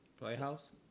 Playhouse